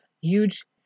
huge